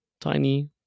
tiny